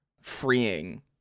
freeing